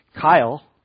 Kyle